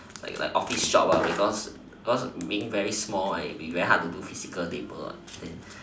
like like office job because because being very small and it'll be very difficult to do physical labour and then